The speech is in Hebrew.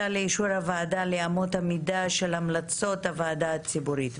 לאישור הוועדה לאמות המידה של המלצות הוועדה הציבורית,